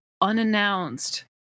unannounced